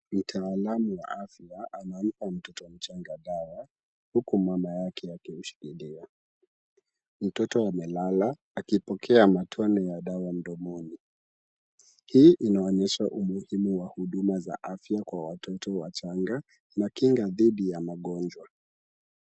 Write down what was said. Mtaalamu wa afya anampa mtoto mchanga dawa huku mama yake akimshikilia. Mtoto amelala akipokea matone ya dawa mdomoni. Hii inaonyesha umuhimu wa huduma za afya kwa watoto wachanga na kinga dhidi ya magonjwa.